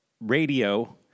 radio